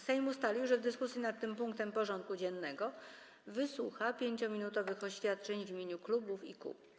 Sejm ustalił, że w dyskusji nad tym punktem porządku dziennego wysłucha 5-minutowych oświadczeń w imieniu klubów i kół.